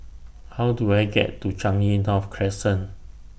How Do I get to Changi North Crescent